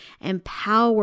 empower